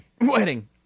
Wedding